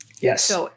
Yes